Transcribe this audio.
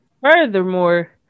Furthermore